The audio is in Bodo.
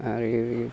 आरो